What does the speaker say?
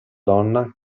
donna